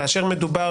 כאשר מדובר